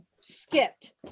skipped